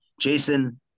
Jason